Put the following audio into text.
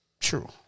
True